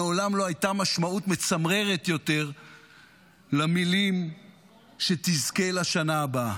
מעולם לא הייתה משמעות מצמררת יותר למילים "שתזכה לשנה הבאה".